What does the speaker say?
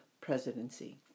presidency